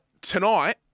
tonight